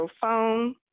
phone